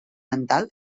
mental